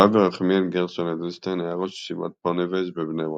הרב ירחמיאל גרשון אדלשטיין היה ראש ישיבת פוניבז' בבני ברק,